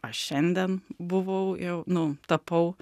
aš šiandien buvau jau nu tapau